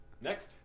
Next